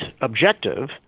objective